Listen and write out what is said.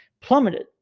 plummeted